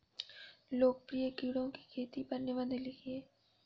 लोकप्रिय कीड़ों की खेती पर निबंध लिखिए